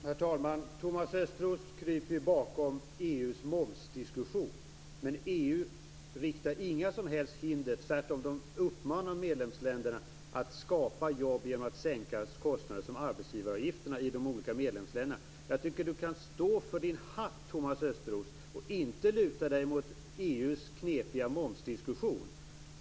Herr talman! Thomas Östros kryper bakom EU:s momsdiskussion men EU riktar inga som helst hinder. Tvärtom uppmanar man medlemsländerna att skapa jobb genom att sänka sådana kostnader som arbetsgivaravgifterna i de olika medlemsländerna. Thomas Östros kan väl stå för sin hatt i stället för att luta sig mot EU:s knepiga momsdiskussion.